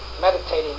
meditating